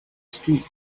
street